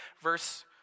verse